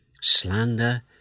slander